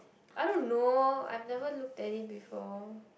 I don't know I've never looked at it before